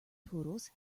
poodles